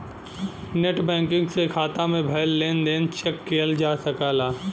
net banking से खाता में भयल लेन देन चेक किहल जा सकला